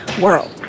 world